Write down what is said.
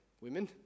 women